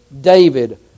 David